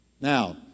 Now